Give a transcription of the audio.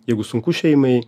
jeigu sunku šeimai